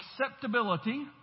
acceptability